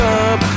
up